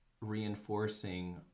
reinforcing